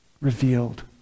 revealed